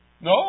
No